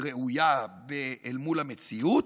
ראויה אל מול המציאות,